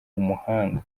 umuhanga